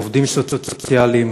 עובדים סוציאליים,